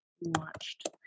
Watched